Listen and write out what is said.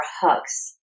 hugs